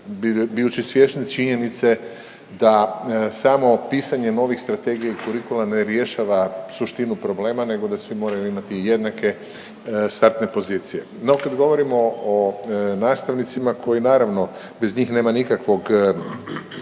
bijući svjesni činjenice da samo pisanje novih strategija i kurikula ne rješava suštinu problema nego da svi moraju imati jednake startne pozicije. No kad govorimo o nastavnicima koji naravno bez njih nema nikakvog